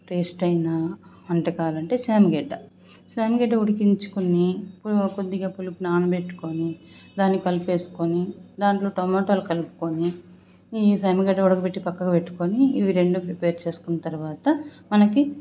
టేస్టయినా వంటకాలంటే సాంగడ్డ సాంగడ్డ ఉడికించుకొని కొద్దిగా పులుపు నానబెట్టుకొని దాని కలిపేసుకుని దాంట్లో టమోటాలు కలుపుకొని ఈ సాంగడ్డ ఉడకబెట్టి పక్కకి పెట్టుకొని ఇవి రెండూ ప్రిపేర్ చేసుకున్న తరువాత మనకి